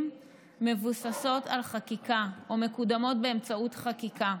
מבוססות על חקיקה או מקודמות באמצעות חקיקה.